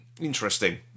interesting